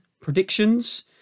predictions